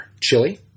chili